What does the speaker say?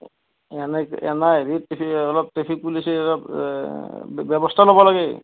এনা এনেই হেৰিত অলপ ট্ৰেফিক পুলিচে ব্য ব্যৱস্থা ল'ব লাগে